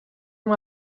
amb